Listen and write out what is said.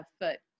foot